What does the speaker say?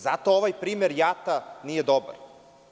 Zato ovaj primer JAT-a nije dobar.